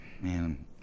Man